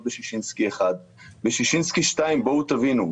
בששינסקי 1. ששינסקי 2 בואו תבינו,